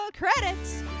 credits